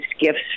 gifts